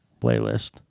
playlist